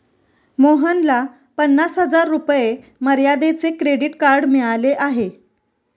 मोहनला पन्नास हजार रुपये मर्यादेचे क्रेडिट कार्ड मिळाले आहे